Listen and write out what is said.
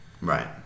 Right